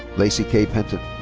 laci kay penton.